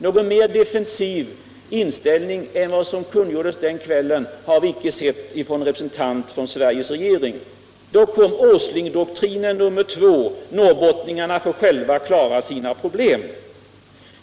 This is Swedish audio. Någon mer defensiv inställning än den som kungjordes den kvällen har vi icke sett hos en representant för Sveriges regering. Då kom Åslingdoktrinen nr 2: Norrbottningarna får själva klara sina problem.